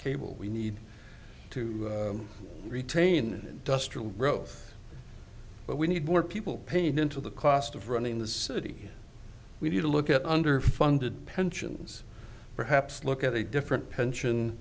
cable we need to retain duster rove but we need more people paying into the cost of running the city we need to look at underfunded pensions perhaps look at a different pension